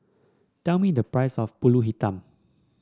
tell me the price of pulut hitam